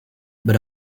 but